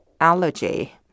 allergy